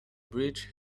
bridge